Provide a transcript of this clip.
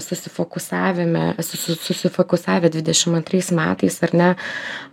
susifokusavimę su susifokusavę dvidešim antrais metais ar ne